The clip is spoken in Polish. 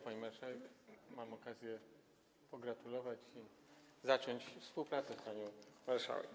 Pani marszałek, mam okazję pogratulować i zacząć współpracę z panią marszałek.